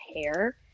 hair